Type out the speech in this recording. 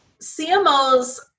CMOs